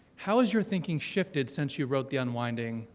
how has your thinking shifted, since you wrote the unwinding,